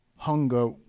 hunger